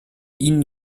ihnen